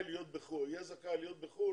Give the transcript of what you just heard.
אבל השבוע אני אגיד לכם.